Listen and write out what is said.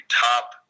top